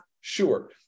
sure